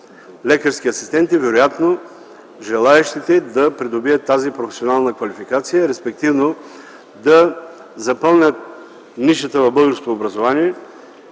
лекарски асистенти, вероятно желаещите да придобият тази професионална квалификация, респективно да запълнят нишата в българското образование,